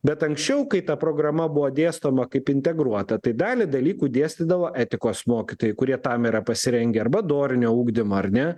bet anksčiau kai ta programa buvo dėstoma kaip integruota tai dalį dalykų dėstydavo etikos mokytojai kurie tam yra pasirengę arba dorinio ugdymo ar ne